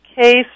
case